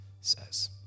says